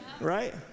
right